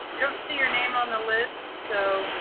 i don't see your name on the list, so